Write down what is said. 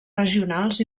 regionals